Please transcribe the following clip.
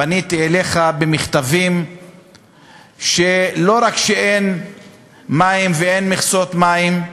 פניתי אליך במכתבים שלא רק שאין מים ואין מכסות מים,